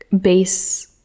base